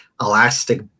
elastic